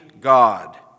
God